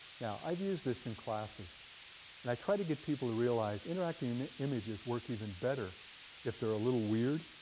now, i've used this in classes and i try to get people to realize interacting images work even better if they're a little weird.